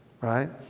right